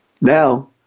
now